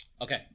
Okay